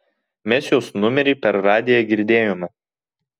mes jos numerį per radiją girdėjome